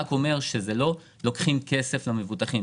שלוקחים כסף מהמבוטחים.